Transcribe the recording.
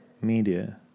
media